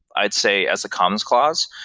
i'd say as the commons clause.